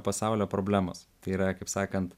pasaulio problemos tai yra kaip sakant